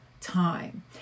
time